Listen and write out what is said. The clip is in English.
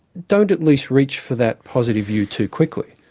don't at least reach for that positive view too quickly.